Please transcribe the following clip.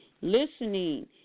listening